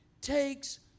takes